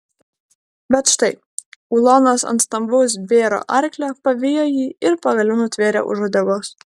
bet štai ulonas ant stambaus bėro arklio pavijo jį ir pagaliau nutvėrė už uodegos